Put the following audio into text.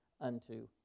unto